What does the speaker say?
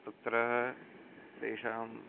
तत्र तेषाम्